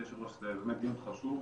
גברתי היושב-ראש זה באמת דיון חשוב,